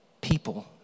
people